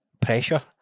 pressure